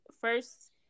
first